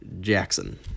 Jackson